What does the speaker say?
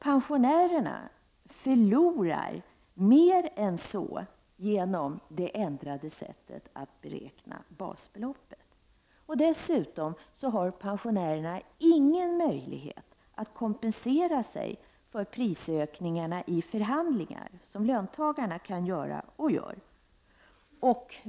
Pensionärerna förlorar mer än så genom det ändrade sättet att beräkna basbeloppet. Dessutom har pensionärerna ingen möjlighet att kompensera sig för prisökningarna i förhandlingar, som lönta garna kan göra och gör.